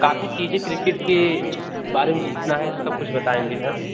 काफी चीजे क्रिकेट के बारे में जितना है सब कुछ बताएँगे हम